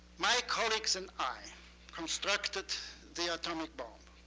my colleagues and i constructed the atomic bomb.